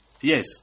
Yes